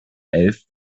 elf